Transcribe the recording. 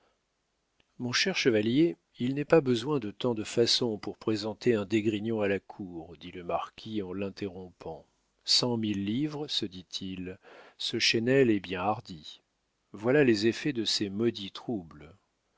mon cher chevalier il n'est pas besoin de tant de façons pour présenter un d'esgrignon à la cour dit le marquis en l'interrompant cent mille livres se dit-il ce chesnel est bien hardi voilà les effets de ces maudits troubles